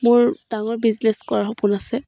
মোৰ ডাঙৰ বিজনেছ কৰাৰ সপোন আছে